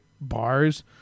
bars